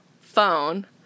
phone